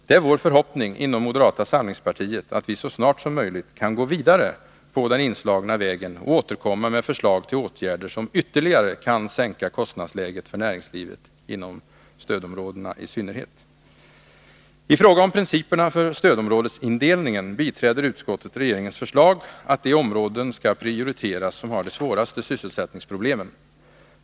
Det är vår förhoppning inom moderata samlingspartiet att vi så snart som möjligt kan gå vidare på den inslagna vägen och återkomma med förslag till åtgärder som kan sänka kostnadsläget ytterligare för näringslivet — i synnerhet inom stödområdena. I fråga om principerna för stödområdesindelningen biträder utskottet regeringens förslag att de områden skall prioriteras som har de svåraste sysselsättningsproblemen.